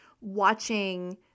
watching